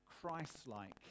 Christ-like